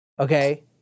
Okay